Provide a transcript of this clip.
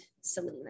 Selena